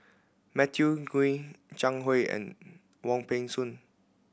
Matthew Ngui Zhang Hui and Wong Peng Soon